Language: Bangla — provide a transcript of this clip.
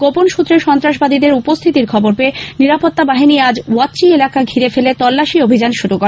গোপন সূত্রে সন্ত্রাসবাদীদের উপস্থিতির খবর পেয়ে নিরাপত্তা বাহিনী আজ ওয়াচ্চি এলাকা ঘিরে ফেলে তল্লাশি অভিযান শুরু করে